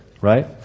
right